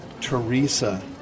Teresa